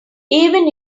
even